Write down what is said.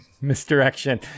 misdirection